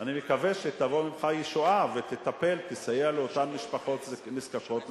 אני מקווה שתבוא ממך ישועה ותטפל ותסייע לאותן משפחות נזקקות,